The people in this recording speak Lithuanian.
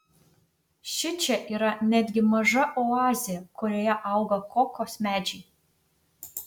šičia yra netgi maža oazė kurioje auga kokos medžiai